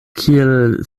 kiel